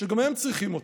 שגם הם צריכים אותם.